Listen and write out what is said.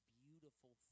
beautiful